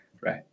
right